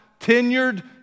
tenured